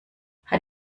hat